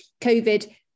COVID